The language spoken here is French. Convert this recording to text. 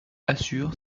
assurent